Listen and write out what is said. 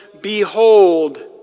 Behold